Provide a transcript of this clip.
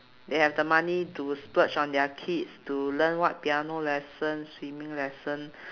they have the money to splurge on their kids to learn what piano lesson swimming lesson